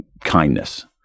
kindness